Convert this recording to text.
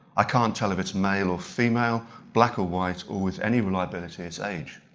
i can't tell if it's male or female, black or white, or with any reliability its age.